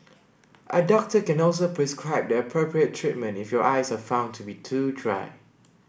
a doctor can also prescribe the appropriate treatment if your eyes are found to be too dry